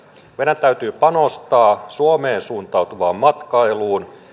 meidän täytyy panostaa suomeen suuntautuvaan matkailuun